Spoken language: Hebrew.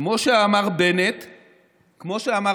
כמו שאמר בנט בזמנו,